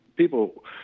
People